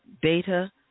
beta